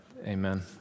Amen